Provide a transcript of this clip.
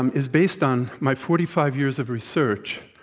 um is based on my forty five years of research,